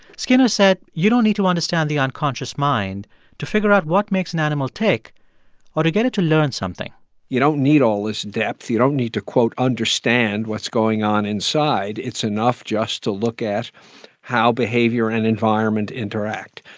skinner said you don't need to understand the unconscious mind to figure out what makes an animal tick or to get it to learn something you don't need all this depth. you don't need to quote, understand what's going on inside. it's enough just to look at how behavior and environment interact.